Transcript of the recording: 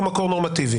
הוא מקור נורמטיבי.